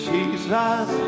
Jesus